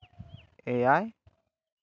ᱮᱭᱟᱭ